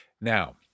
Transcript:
Now